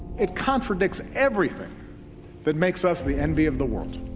it contradicts everything that makes us the envy of the world.